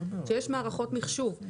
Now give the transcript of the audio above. שיש מערכות מחשוב,